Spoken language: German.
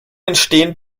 entstehen